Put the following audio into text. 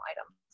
items